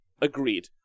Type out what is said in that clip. Agreed